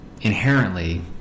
inherently